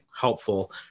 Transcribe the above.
helpful